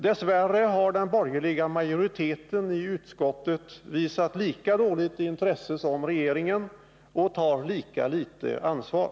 Dess värre har den borgerliga majoriteten i utskottet visat lika dåligt intresse som regeringen och tar lika litet ansvar.